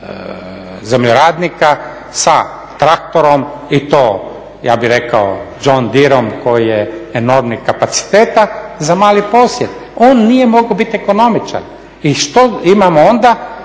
zemljoradnika sa traktorom i to ja bih rekao John Deerom koji je enormnih kapaciteta za mali posjed. On nije mogao biti ekonomičan. I što imamo onda?